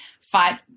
fight